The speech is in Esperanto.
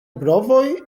brovoj